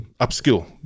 Upskill